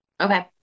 okay